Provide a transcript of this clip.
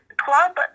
Club